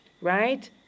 right